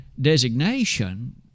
designation